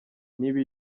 ntibe